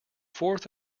fourth